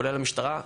כולל המשטרה,